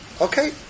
Okay